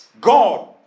God